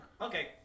Okay